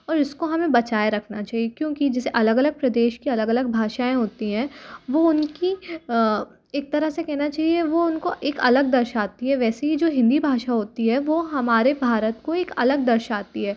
और इसको हमें बचाए रखना छै क्योंकि जिसे अलग अलग प्रदेश की अलग अलग भाषाएँ होती है वो उनकी एक तरह से कहना चाहिए वो उनको एक अलग दर्शाती है वैसी ही जो हिन्दी भाषा होती है वो हमारे भारत को एक अलग दर्शाती है